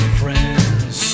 friends